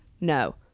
No